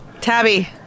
Tabby